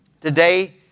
Today